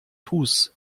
fuß